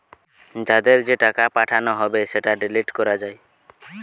যাদের যে টাকা পাঠানো হবে সেটা ডিলিট করা যায়